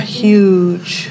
huge